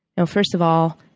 now, first of all,